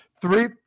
three